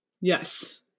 Yes